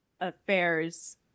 affairs